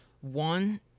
One